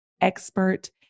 expert